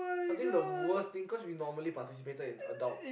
I think the worst thing cause we normally participated in adult